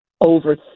over